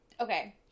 okay